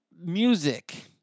music